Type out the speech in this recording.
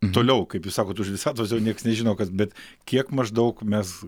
toliau kaip jūs sakot už visatos jau nieks nežino kas bet kiek maždaug mes